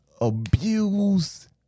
abuse